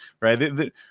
right